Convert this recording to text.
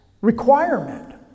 requirement